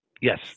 Yes